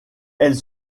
elle